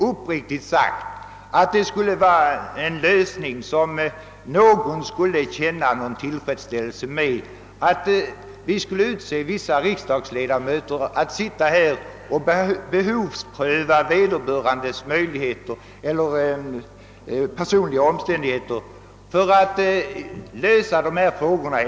Uppriktigt sagt tror jag emellertid inte att någon skulle kunna känna tillfredsställelse över att det utses vissa riksdagsledamöter som skulle sitta och pröva vederbörandes ekonomiska omständigheter för att lösa dessa frågor.